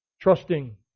Trusting